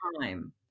time